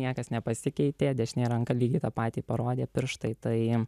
niekas nepasikeitė dešinė ranka lygiai tą patį parodė pirštai tai